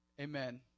Amen